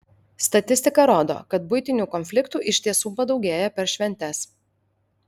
statistika rodo kad buitinių konfliktų iš tiesų padaugėja per šventes